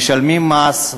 משלמים מס,